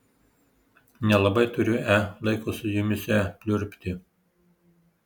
nelabai turiu e laiko su jumis e pliurpti